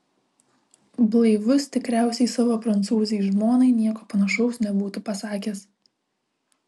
blaivus tikriausiai savo prancūzei žmonai nieko panašaus nebūtų pasakęs